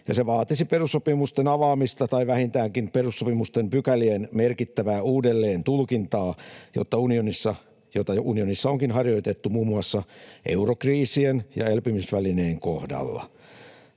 se vaatisi perussopimusten avaamista tai vähintäänkin perussopimusten pykälien merkittävää uudelleentulkintaa, jota unionissa onkin jo harjoitettu muun muassa eurokriisien ja elpymisvälineen kohdalla.